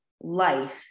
life